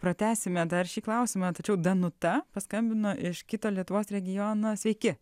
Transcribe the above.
pratęsime dar šį klausimą tačiau danuta paskambino iš kito lietuvos regiono sveiki